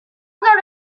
souvent